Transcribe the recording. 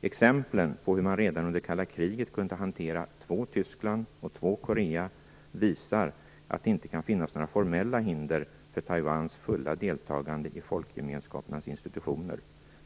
Exemplen på hur man redan under det kalla kriget kunde hantera två Tyskland och två Korea visar att det inte kan finnas några formella hinder för Taiwans fulla deltagande i folkgemenskapernas institutioner.